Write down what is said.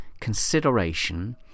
consideration